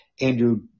Andrew